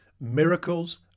Miracles